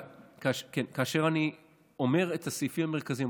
אני אומר את הסעיפים המרכזיים,